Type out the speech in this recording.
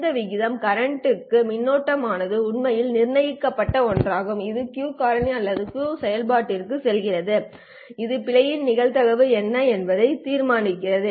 இந்த விகிதம் current க்கு மின்னோட்டமானது உண்மையில் நிர்ணயிக்கப்பட்ட ஒன்றாகும் இது Q காரணி அல்லது Q செயல்பாட்டுக்குச் செல்கிறது இது பிழையின் நிகழ்தகவு என்ன என்பதை தீர்மானிக்கிறது